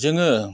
जोङो